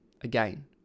Again